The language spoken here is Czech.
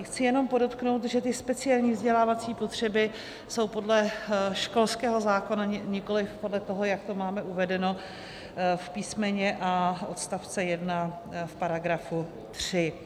Chci jenom podotknout, že ty speciální vzdělávací potřeby jsou podle školského zákona, nikoliv podle toho, jak to máme uvedeno v písmenu a odstavci 1 v § 3.